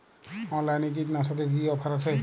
অনলাইনে কীটনাশকে কি অফার আছে?